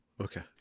Okay